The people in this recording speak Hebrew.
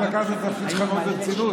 שלקחת את התפקיד שלך מאוד ברצינות.